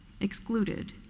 excluded